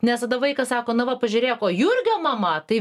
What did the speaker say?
nes tada vaikas sako na va pažiūrėk o jurgio mama tai